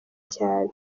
cyane